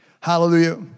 Hallelujah